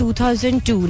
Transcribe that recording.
2002